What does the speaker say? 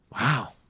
Wow